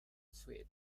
suite